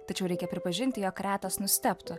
tačiau reikia pripažinti jog retas nustebtų